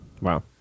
Wow